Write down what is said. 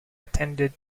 attended